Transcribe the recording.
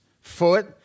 foot